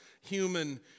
human